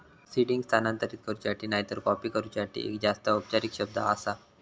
seeding स्थानांतरित करूच्यासाठी नायतर कॉपी करूच्यासाठी एक जास्त औपचारिक शब्द आसा